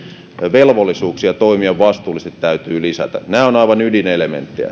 velvollisuuksia toimia vastuullisesti nämä ovat aivan ydinelementtejä